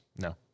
No